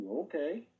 Okay